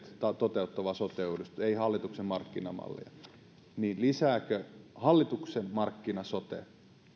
toteuttavaa sote uudistusta ei hallituksen markkinamallia jos nyt verrataan nykymallia hallituksen sote malliin niin lisääkö hallituksen markkina sote